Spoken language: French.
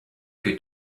que